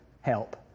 help